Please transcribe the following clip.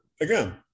again